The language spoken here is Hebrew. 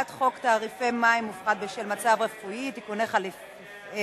תעריף מים מופחת בשל מצב רפואי (תיקוני חקיקה),